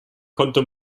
konnte